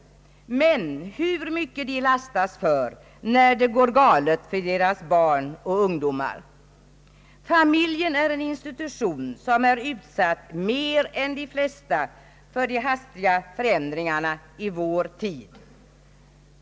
Hur mycket lastas inte föräldrarna när det går galet för deras barn och ungdomar? Familjen är den institution som mer än de flesta är utsatt för de hastiga förändringarna i vår tid.